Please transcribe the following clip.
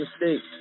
mistake